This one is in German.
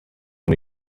von